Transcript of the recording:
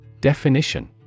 Definition